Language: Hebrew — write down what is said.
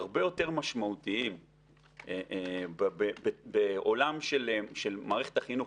הרבה יותר משמעותיים בעולם של מערכת החינוך.